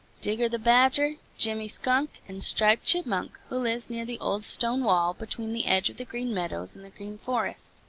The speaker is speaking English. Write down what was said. digger the badger, jimmy skunk, and striped chipmunk, who lives near the old stone-wall between the edge of the green meadows and the green forest.